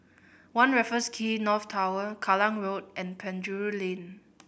One Raffles Quay North Tower Kallang Road and Penjuru Lane